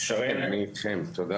שרן אני אתכם, תודה.